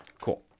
cool